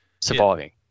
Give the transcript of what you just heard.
surviving